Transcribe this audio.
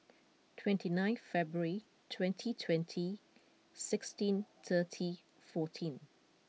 twenty nine February twenty twenty sixteen thirty fourteen